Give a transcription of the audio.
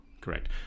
Correct